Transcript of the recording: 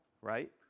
right